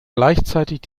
gleichzeitig